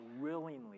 willingly